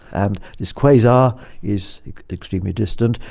and this quasar is extremely distant.